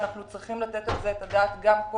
אנחנו צריכים לתת על זה את הדעת בוועדה,